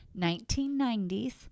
1990s